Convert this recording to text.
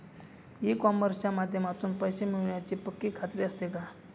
E कॉमर्सच्या माध्यमातून पैसे मिळण्याची पक्की खात्री असते का?